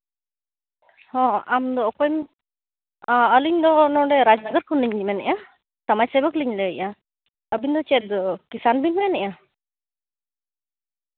ᱦᱚᱸ ᱟᱢ ᱫᱚ ᱚᱠᱚᱭᱮᱢ ᱟᱞᱤᱧ ᱫᱚ ᱱᱚᱰᱮ ᱨᱟᱡᱫᱟ ᱠᱷᱚᱱ ᱞᱤᱧ ᱢᱮᱱᱮᱜᱼᱟ ᱥᱚᱢᱟᱡᱽ ᱥᱮᱵᱚᱠ ᱞᱤᱧ ᱞᱟᱹᱭᱮᱜᱼᱟ ᱟᱹᱵᱤᱱ ᱫᱚ ᱪᱮᱫ ᱠᱤᱥᱟᱱ ᱵᱤᱱ ᱢᱮᱱᱮᱜᱼᱟ